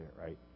right